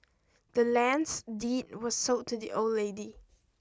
the land's deed was sold to the old lady